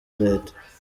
leta